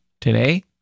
Today